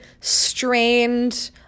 strained